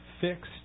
fixed